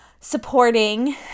supporting